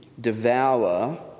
devour